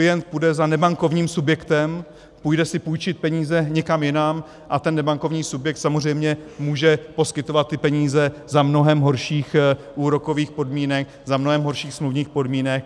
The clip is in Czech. Klient půjde za nebankovním subjektem, půjde si půjčit peníze někam jinam, a ten nebankovní subjekt samozřejmě může poskytovat ty peníze za mnohem horších úrokových podmínek, za mnohem horších smluvních podmínek.